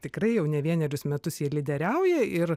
tikrai jau ne vienerius metus jie lyderiauja ir